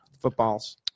Footballs